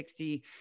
60